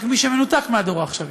רק מי שמנותק מהדור העכשווי.